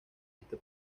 este